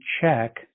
check